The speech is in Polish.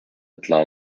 dla